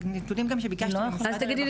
אלו נתונים שביקשתי ממשרד הרווחה.